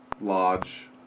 lodge